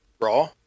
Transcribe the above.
raw